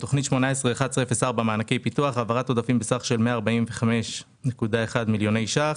תוכנית 181104 מענקי פיתוח: העברת עודפים בסך של 45.1 מיליוני שקלים.